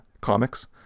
comics